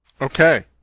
Okay